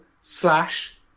slash